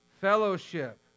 Fellowship